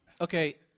Okay